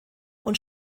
und